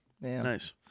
Nice